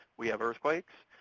we have earthquakes.